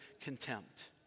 contempt